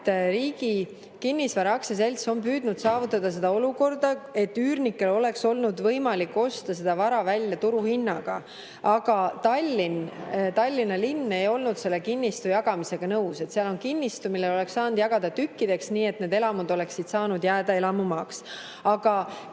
Riigi Kinnisvara AS on püüdnud saavutada olukorda, et üürnikel oleks olnud võimalik osta seda vara välja turuhinnaga. Aga Tallinna linn ei olnud selle kinnistu jagamisega nõus. Seal on kinnistu, mille oleks saanud jagada tükkideks, nii et need elamud oleksid saanud jääda elamumaale.